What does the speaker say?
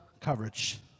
coverage